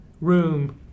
room